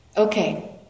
Okay